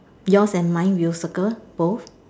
yours and mine we will circle both